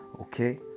okay